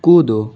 कूदो